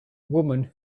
woman